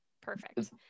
Perfect